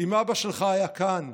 אם אבא שלך היה כאן.